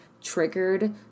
triggered